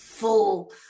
full